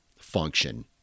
function